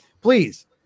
please